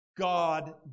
God